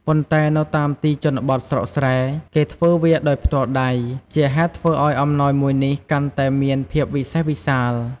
ប៉ុន្តែនៅតាមទីជនបទស្រុកស្រែ គេធ្វើវាដោយផ្ទាល់ដៃ ជាហេតុធ្វើឱ្យអំណោយមួយនេះកាន់តែមានភាពវិសេសវិសាល។